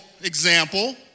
example